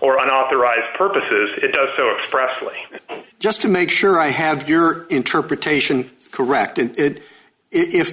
or unauthorized purposes it does so expressly just to make sure i have your interpretations correct and if